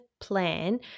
plan